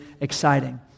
exciting